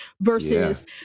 versus